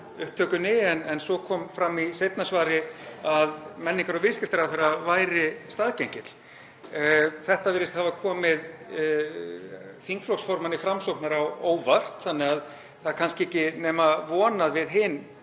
upptökunni en svo kom fram í seinna svari að menningar- og viðskiptaráðherra væri staðgengill. Þetta virðist hafa komið þingflokksformanni Framsóknar á óvart þannig að það er kannski ekki nema von að við hin